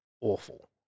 awful